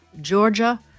Georgia